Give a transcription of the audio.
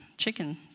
Chicken